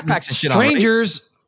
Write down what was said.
strangers